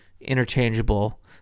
interchangeable